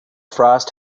frost